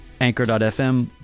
anchor.fm